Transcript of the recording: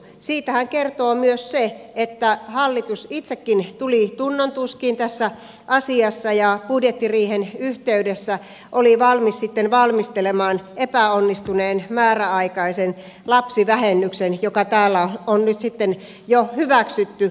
siitähän kertoo myös se että hallitus itsekin tuli tunnontuskiin tässä asiassa ja budjettiriihen yhteydessä oli valmis sitten valmistelemaan epäonnistuneen määräaikaisen lapsivähennyksen joka täällä on nyt jo hyväksytty